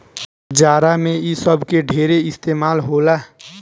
जाड़ा मे इ सब के ढेरे इस्तमाल होला